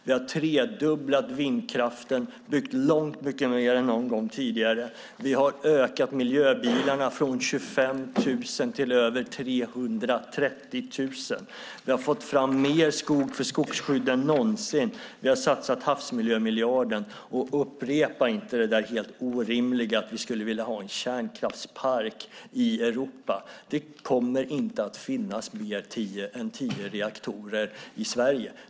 Vi har tredubblat vindkraften och byggt långt mycket mer än någon gång tidigare. Vi har ökat miljöbilarna från 25 000 till 330 000. Vi har fått fram mer skog för skogsskydd än någonsin. Vi har satsat havsmiljömiljarden. Upprepa inte det helt orimliga att vi skulle vilja ha en kärnkraftspark i Europa. Det kommer inte att finnas mer än tio reaktorer i Sverige.